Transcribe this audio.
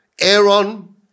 Aaron